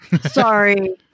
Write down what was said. Sorry